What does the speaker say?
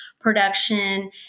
production